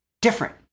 different